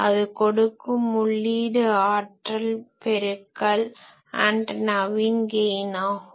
அது கொடுக்கும் உள்ளீடு ஆற்றல் பெருக்கல் ஆன்டனாவின் கெய்ன் ஆகும்